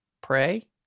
pray